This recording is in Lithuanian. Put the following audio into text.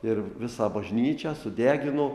ir visą bažnyčią sudegino